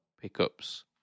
pickups